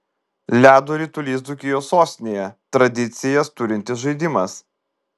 ledo ritulys dzūkijos sostinėje tradicijas turintis žaidimas